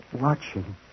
Watching